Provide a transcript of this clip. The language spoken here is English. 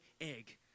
egg